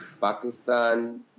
Pakistan